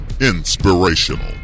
Inspirational